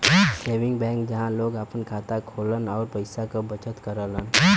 saving bank जहां लोग आपन खाता खोलन आउर पैसा क बचत करलन